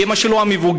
אימא שלו המבוגרת,